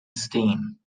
steen